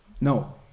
No